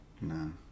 No